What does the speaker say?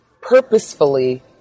purposefully